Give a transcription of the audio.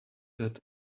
that